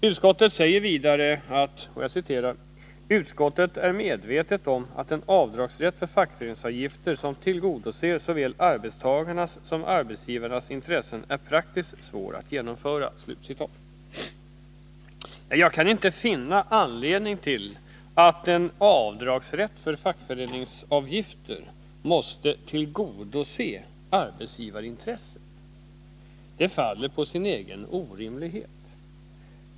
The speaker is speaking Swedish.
Utskottet säger vidare i betänkandet: ”Utskottet är medvetet om att en avdragsrätt för fackföreningsavgifter som tillgodoser såväl arbetstagarnas som arbetsgivarnas intressen är praktiskt svår att genomföra.” Jag kan inte finna anledning till att en avdragsrätt för fackföreningsavgifter måste ”tillgodose” arbetsgivarintressen. Det faller på sin egen orimlighet.